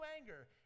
anger